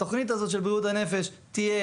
התוכנית הזאת של בריאות הנפש תהיה